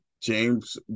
James